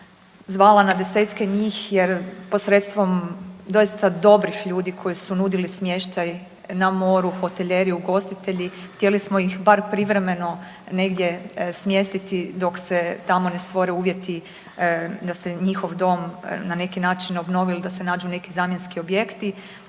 zvala na desetke njih, jer posredstvom doista dobrih ljudi koji su nudili smještaj na moru, hotelijeri, ugostitelji htjeli smo ih bar privremeno negdje smjestiti dok se tamo ne stvore uvjeti da se njihov dom na neki način obnovi ili da se nađu neki zamjenski objekti.